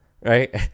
right